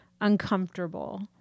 uncomfortable